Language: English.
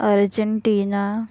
Argentina